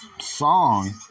song